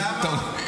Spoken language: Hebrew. סתם.